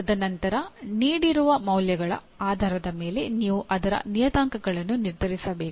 ತದನಂತರ ನೀಡಿರುವ ಮೌಲ್ಯಗಳ ಆಧಾರದ ಮೇಲೆ ನೀವು ಅದರ ನಿಯತಾಂಕಗಳನ್ನು ನಿರ್ಧರಿಸಬೇಕು